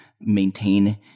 maintain